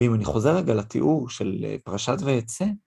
ואם אני חוזר רגע לתיאור של פרשת ויצא...